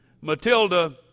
Matilda